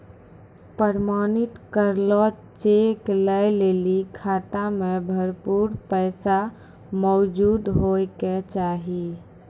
प्रमाणित करलो चेक लै लेली खाता मे भरपूर पैसा मौजूद होय के चाहि